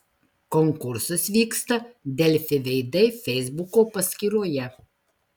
konkursas vyksta delfi veidai feisbuko paskyroje